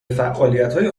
فعالیتهای